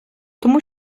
тому